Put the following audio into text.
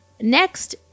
Next